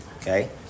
Okay